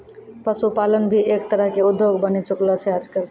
पशुपालन भी एक तरह के उद्योग बनी चुकलो छै आजकल